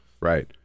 Right